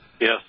Yes